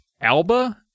Alba